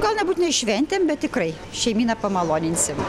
gal nebūtinai šventėm bet tikrai šeimyną pamaloninsim